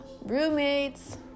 roommates